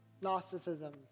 Gnosticism